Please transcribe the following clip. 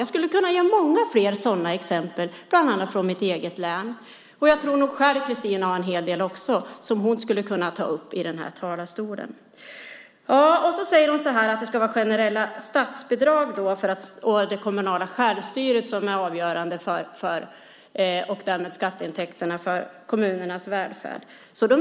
Jag skulle kunna ge många fler sådana exempel, bland annat från mitt eget län. Och jag tror nog att Christina själv har en hel del som hon skulle kunna ta upp i den här talarstolen. Och så säger hon att generella statsbidrag och det kommunala självstyret och därmed skatteintäkterna är avgörande för kommunernas välfärd.